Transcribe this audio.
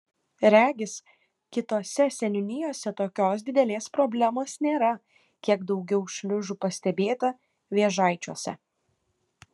regis kitose seniūnijose tokios didelės problemos nėra kiek daugiau šliužų pastebėta vėžaičiuose